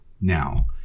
Now